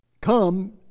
Come